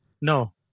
No